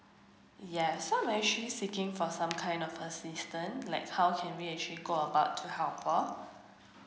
yes so I'm actually seeking for some kind of assistant like how can we actually go about to help her